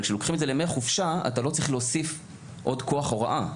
אבל כלוקחים את זה לימי חופשה אתה לא צריך להוסיף עוד כוח הוראה,